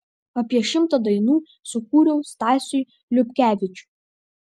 apie šimtą dainų sukūriau stasiui liupkevičiui